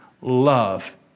love